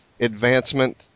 advancement